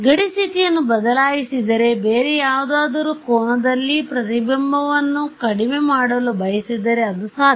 ಗಡಿ ಸ್ಥಿತಿಯನ್ನು ಬದಲಾಯಿಸಿದರೆ ಬೇರೆ ಯಾವುದಾದರೂ ಕೋನದಲ್ಲಿ ಪ್ರತಿಬಿಂಬವನ್ನು ಕಡಿಮೆ ಮಾಡಲು ಬಯಸಿದರೆ ಅದು ಸಾಧ್ಯ